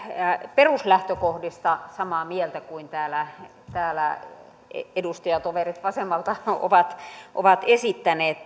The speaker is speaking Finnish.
peruslähtökohdista samaa mieltä kuin täällä täällä edustajatoverit vasemmalta ovat ovat esittäneet